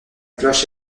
cloche